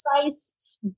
Precise